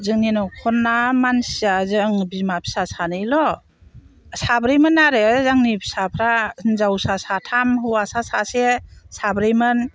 जोंनि न'खरना मानसिया जों बिमा फिसा सानैल' साब्रैमोन आरो आंनि फिसाफ्रा हिनजावसा साथाम हौवासा सासे साब्रैमोन